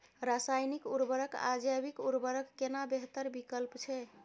रसायनिक उर्वरक आ जैविक उर्वरक केना बेहतर विकल्प छै?